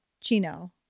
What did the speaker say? Chino